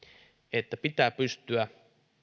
että pitää pystyä